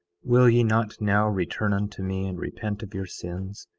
will ye not now return unto me, and repent of your sins,